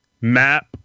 map